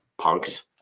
punks